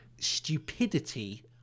stupidity